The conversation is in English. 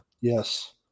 Yes